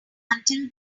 until